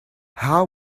how